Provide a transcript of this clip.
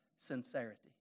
Sincerity